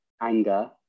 anger